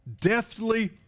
deftly